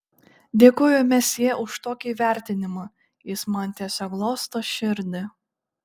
dėkoju mesjė už tokį įvertinimą jis man tiesiog glosto širdį